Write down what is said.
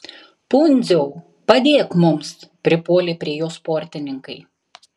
pundziau padėk mums pripuolė prie jo sportininkai